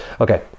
Okay